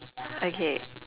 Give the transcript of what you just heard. okay